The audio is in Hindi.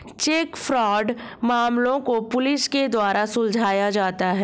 चेक फ्राड मामलों को पुलिस के द्वारा सुलझाया जाता है